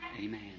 Amen